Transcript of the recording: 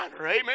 Amen